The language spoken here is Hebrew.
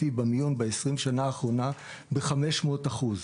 במיון ב-20 שנה האחרונות ב-500 אחוז.